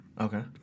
Okay